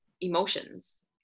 emotions